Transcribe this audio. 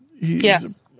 Yes